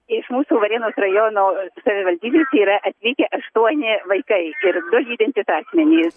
iš mūsų varėnos rajono savivaldybės yra atvykę aštuoni vaikai ir lydintys asmenys